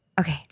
Okay